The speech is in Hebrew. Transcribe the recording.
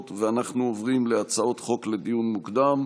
ואנחנו עוברים להצעות חוק לדיון מוקדם.